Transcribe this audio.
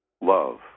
love